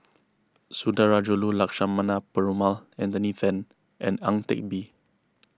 Sundarajulu Lakshmana Perumal Anthony then and Ang Teck Bee